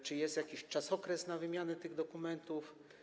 Czy jest jakiś okres na wymianę tych dokumentów?